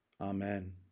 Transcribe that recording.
amen